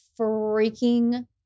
freaking